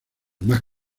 más